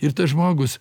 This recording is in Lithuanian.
ir tas žmogus